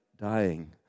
dying